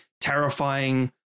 terrifying